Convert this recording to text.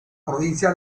provincia